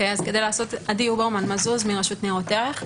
רשות ניירות ערך.